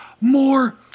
more